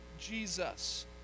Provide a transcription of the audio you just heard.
Jesus